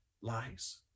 lies